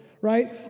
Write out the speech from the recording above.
right